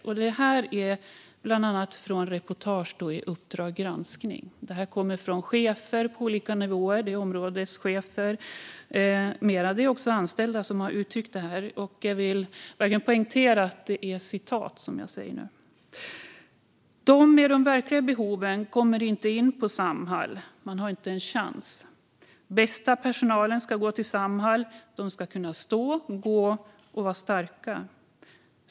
De har hämtats från bland annat reportage i Uppdrag granskning och kommer från chefer på olika nivåer och områden liksom från sådant som anställda har uttryckt. Jag vill verkligen poängtera att det jag återger är citat: De med de verkliga behoven kommer inte in på Samhall. Man har inte en chans. Den bästa personalen ska gå till Samhall. De ska kunna stå, gå och vara starka.